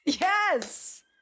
yes